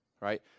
right